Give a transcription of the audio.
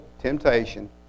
temptation